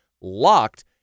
LOCKED